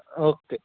okay